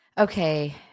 Okay